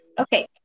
Okay